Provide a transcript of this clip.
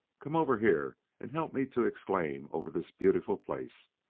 come over here and help me to exclaim over this beautiful place.